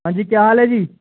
ਹਾਂਜੀ ਕਿਆ ਹਾਲ ਹੈ ਜੀ